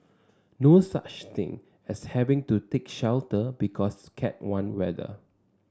no such thing as having to take shelter because Cat one weather